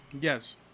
Yes